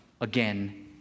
again